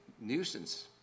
nuisance